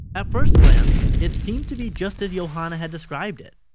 at first glance, it seemed to be just as yohanna had described it,